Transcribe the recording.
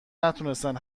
نتونستن